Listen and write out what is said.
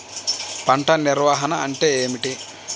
పంట నిర్వాహణ అంటే ఏమిటి?